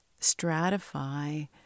stratify